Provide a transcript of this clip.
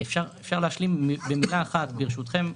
אם אפשר להשלים במשפט אחד, ברשותכם.